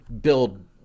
build